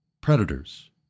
predators